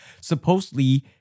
Supposedly